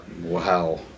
Wow